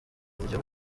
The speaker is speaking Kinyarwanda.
buryo